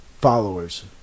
followers